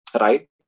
right